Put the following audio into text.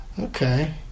Okay